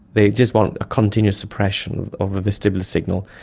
they just want a continuous suppression of the vestibular signal.